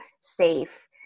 safe